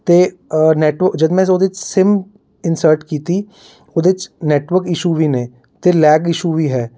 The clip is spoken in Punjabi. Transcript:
ਅਤੇ ਜਦੋਂ ਮੈਂ ਉਹਦੇ 'ਚ ਸਿਮ ਇਨਸਰਟ ਕੀਤੀ ਉਹਦੇ 'ਚ ਨੈਟਵਰਕ ਇਸ਼ੂ ਵੀ ਨੇ ਅਤੇ ਲੈਗ ਇਸ਼ੂ ਵੀ ਹੈ